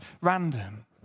random